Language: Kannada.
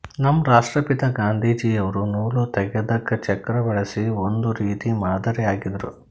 ನಮ್ ರಾಷ್ಟ್ರಪಿತಾ ಗಾಂಧೀಜಿ ಅವ್ರು ನೂಲ್ ತೆಗೆದಕ್ ಚಕ್ರಾ ಬಳಸಿ ಒಂದ್ ರೀತಿ ಮಾದರಿ ಆಗಿದ್ರು